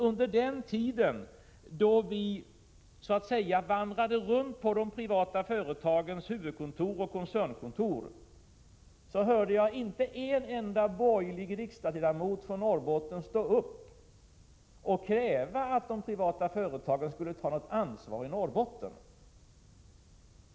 Under den tid då vi så att säga vandrade runt på de privata företagens huvudoch koncernkontor hörde jag inte en enda borgerlig riksdagsledamot från Norrbotten kräva att de privata företagen skulle ta ett ansvar i Norrbotten.